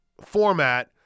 format